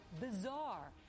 bizarre